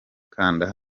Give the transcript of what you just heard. kanda